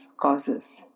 causes